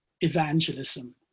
evangelism